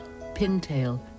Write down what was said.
pintail